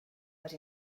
les